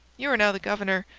you are now the governor.